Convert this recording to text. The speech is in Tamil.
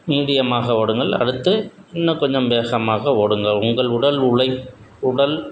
மீடியமாக ஓடுங்கள் அடுத்து இன்னும் கொஞ்சம் வேகமாக ஓடுங்கள் உங்கள் உடல் உழைப் உடல்